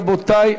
רבותי,